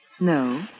No